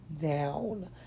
down